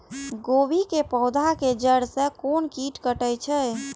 गोभी के पोधा के जड़ से कोन कीट कटे छे?